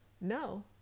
No